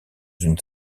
une